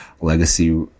legacy